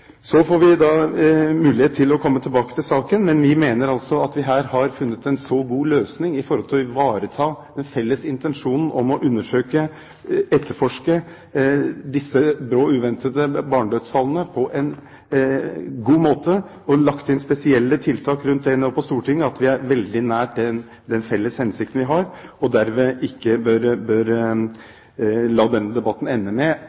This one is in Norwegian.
Så får vi mulighet til å komme tilbake til saken. Men vi mener altså at vi her har funnet en god løsning for å ivareta den felles intensjonen om å etterforske disse brå og uventede barnedødsfallene på en god måte, og vi har lagt inn spesielle tiltak rundt dette på Stortinget, så vi er veldig nær den felles hensikten vi har. Derved bør vi ikke la denne debatten ende med